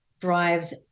drives